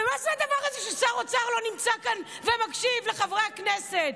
ומה זה הדבר הזה ששר אוצר לא נמצא כאן ומקשיב לחברי הכנסת?